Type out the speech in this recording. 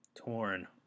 torn